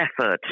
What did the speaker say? effort